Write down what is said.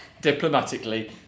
diplomatically